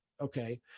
okay